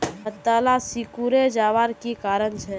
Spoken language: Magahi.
पत्ताला सिकुरे जवार की कारण छे?